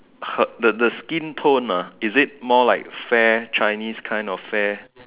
her the the skin tone ah is it more like fair Chinese kind of fair